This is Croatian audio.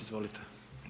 Izvolite.